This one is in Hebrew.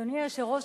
אדוני היושב-ראש,